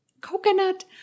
coconut